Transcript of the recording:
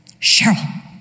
Cheryl